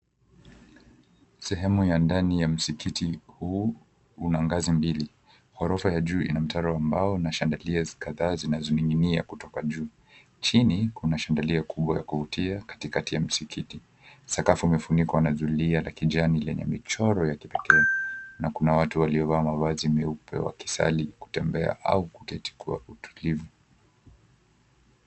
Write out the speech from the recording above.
Sahemu ya ndani ya msikiti huu kuna ngazi mbili. Orofa ya juu ina mtaro wa mbao na chandaliers kadhaa zinazoning'inia kutoka juu. Chini kuna chandalier kubwa ya kuvutia katikati ya msikiti. Sakafu imefunikwa na zulia ya kijani lenye michoro ya kipekee na kuna watu waliovaa mavazi meupe na kusali wakitembea au kuketi kwa utulivu.